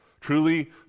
truly